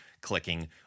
clicking